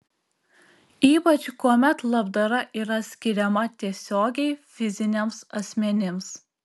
ypač kuomet labdara yra skiriama tiesiogiai fiziniams asmenims